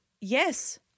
Yes